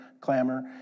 clamor